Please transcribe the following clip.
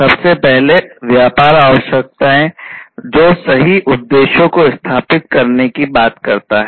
सबसे पहले व्यापार आवश्यकताओं जो सही उद्देश्यों को स्थापित करने की बात करता है